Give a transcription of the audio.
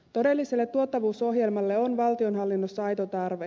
todelliselle tuottavuusohjelmalle on valtionhallinnossa aito tarve